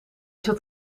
zat